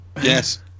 Yes